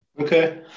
Okay